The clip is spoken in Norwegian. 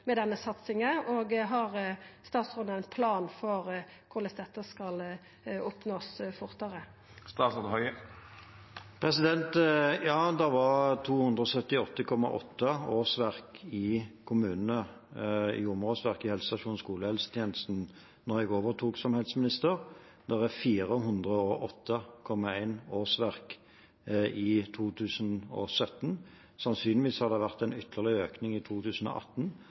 denne satsinga, og har statsråden ein plan for korleis ein skal oppnå dette fortare? Det var 278,8 jordmorårsverk i kommunene, i helsestasjons- og skolehelsetjenesten, da jeg overtok som helseminister. Det var 408,1 årsverk i 2017. Sannsynligvis har det vært en ytterligere økning i 2018,